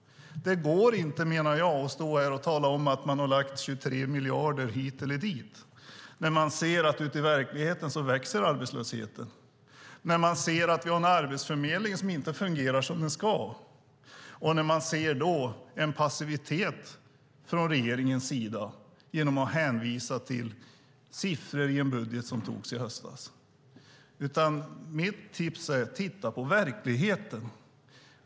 Det går inte, menar jag, att stå här och tala om att man har lagt 23 miljarder hit eller dit när man ser att arbetslösheten växer ute i verkligheten och när man ser att vi har en arbetsförmedling som inte fungerar som den ska. Vi ser en passivitet från regeringens sida genom att man hänvisar till siffror i en budget som antogs i höstas. Mitt tips är: Titta på verkligheten!